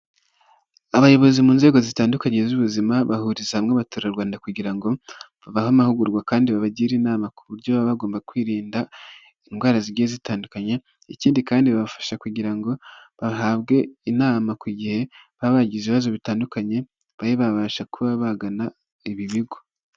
Abayobozi mu nzego zitandukanye z'ubuzima bahuriza hamwe abaturarwanda kugira ngo babahe amahugurwa kandi babagire inama ku buryo baba bagomba kwirinda indwara zigiye zitandukanye, ikindi kandi bafasha kugira ngo bahabwe inama ku gihe baba bagize ibibazo bigiye bitandukanye, babe babasha kuba bagana ibi bigo.